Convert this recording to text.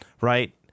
right